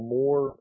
more